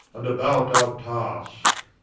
and about our taske